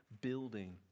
building